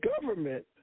government